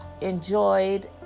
enjoyed